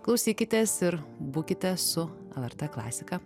klausykitės ir būkite su lrt klasika